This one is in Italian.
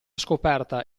scoperta